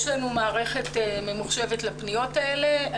יש לנו מערכת ממוחשבת לפניות האלה.